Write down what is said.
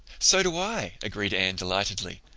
so do i, agreed anne delightedly.